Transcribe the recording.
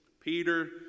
peter